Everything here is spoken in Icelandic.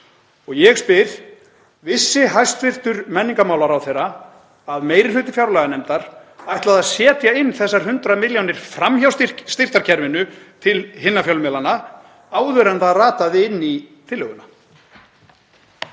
út. Ég spyr: Vissi hæstv. menningarmálaráðherra að meiri hluti fjárlaganefndar ætlaði að setja inn þessar 100 milljónir fram hjá styrkjakerfinu til hinna fjölmiðlanna áður en það rataði inn í tillöguna?